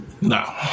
No